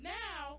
now